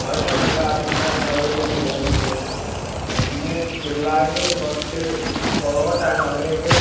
അതൊക്കെ നല്ല അതിൻ്റെ എന്നാത് നടപടിയ്ക്ക് തന്നെ പോവുന്നുണ്ട് വേണം പിന്നെ പിള്ളേർ കുറച്ച് പുറകോട്ട് ആണ് അവരെ ഒക്കെ